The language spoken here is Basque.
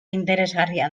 interesgarria